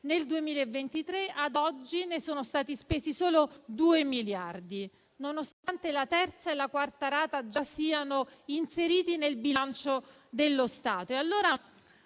nel 2023, ad oggi sono stati spesi solo 2 miliardi di euro, nonostante la terza e la quarta rata siano già inseriti nel bilancio dello Stato.